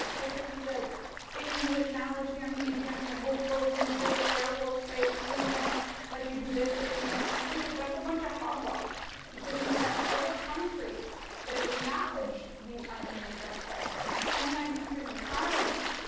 right turkey says if you acknowledge the armenian genocide, we'll close incirlik air force base, we won't let you do this, this, and this. and, i think that that's a bunch of hogwash because you have other countries but that have acknowledged the armenian genocide, and i think twenty nine countries and parliament